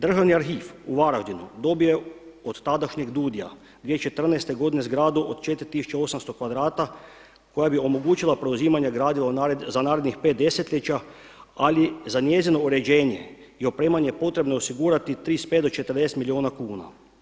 Državni arhiv u Varaždinu dobio je od tadašnjeg DUUDI-a 2014. godine zgradu od 4.800 kvadrata koja bi omogućila preuzimanje gradiva za narednih pet desetljeća, ali za njezino uređenje i opremanje potrebno je osigurati 35 do 40 milijuna kuna.